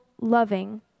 loving